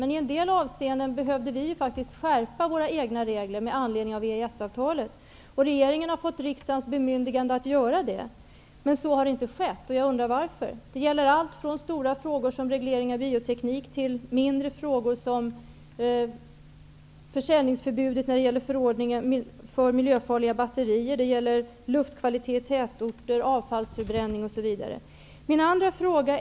Men i en del avseenden behövde vi faktiskt skärpa våra egna regler med anledning av Regeringen har fått riksdagens bemyndigande att göra det, men så har inte skett. Varför? Det gäller allt från stora frågor, t.ex. frågan om regleringen av bioteknik, till mindre frågor om exempelvis försäljningsförbudet när det gäller förordningar för miljöfarliga batterier, luftkvaliteten i tätorter och avfallsförbränning. Så till min andra fråga.